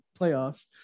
playoffs